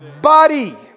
body